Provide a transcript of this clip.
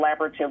collaborative